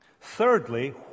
Thirdly